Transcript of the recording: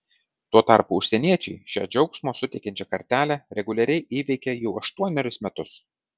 tuo tarpu užsieniečiai šią džiaugsmo suteikiančią kartelę reguliariai įveikia jau aštuonerius metus